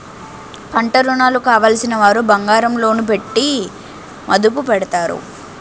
పంటరుణాలు కావలసినవారు బంగారం లోను పెట్టి మదుపు పెడతారు